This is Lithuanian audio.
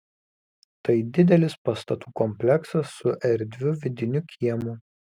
tai didelis pastatų kompleksas su erdviu vidiniu kiemu